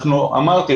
אמרתי,